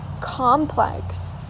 complex